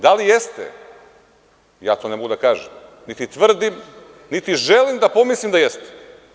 Da li jeste – ja to ne mogu da kažem, niti tvrdim, niti želim da pomislim da jeste.